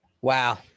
Wow